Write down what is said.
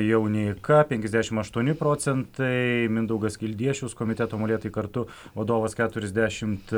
jauneika penkiasdešimt aštuoni procentai mindaugas kvildiešius komiteto molėtai kartu vadovas keturiasdešimt